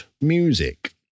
music